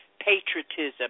patriotism